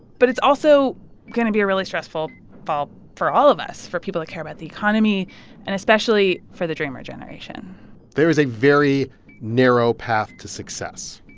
but it's also going to be a really stressful fall for all of us, for people who care about the economy and especially for the dreamer generation there is a very narrow path to success,